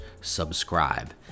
subscribe